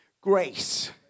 Grace